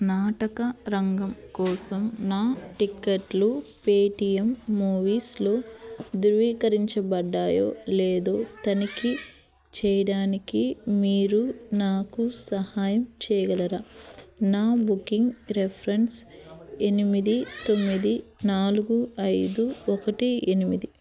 నాటక రంగం కోసం నా టిక్కెట్లు పేటీఎం మూవీస్లో ధృవీకరించబడ్డాయో లేదో తనిఖీ చేయడానికి మీరు నాకు సహాయం చేయగలరా నా బుకింగ్ రిఫరెన్స్ ఎనిమిది తొమ్మిది నాలుగు ఐదు ఒకటి ఎనిమిది